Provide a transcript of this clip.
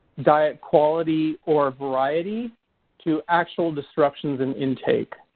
diet quality or variety to actual disruptions in intake.